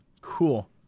cool